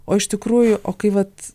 o iš tikrųjų o kai vat